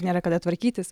nėra kada tvarkytis